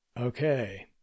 Okay